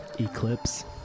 Eclipse